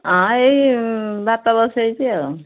ହଁ ଏଇ ଭାତ ବସେଇଛି ଆଉ